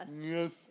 Yes